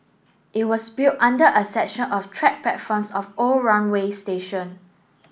it was built under a section of track platforms of old runway station